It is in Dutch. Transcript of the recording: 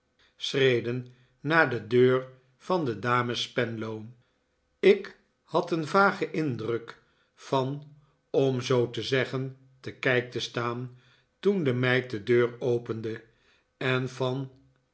schreden naar de deur van de dames spenlow ik had een vagen indruk van om zoo te zeggen te kijk te staan toen de meid de deur opende en van